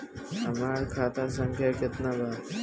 हमरा खाता संख्या केतना बा?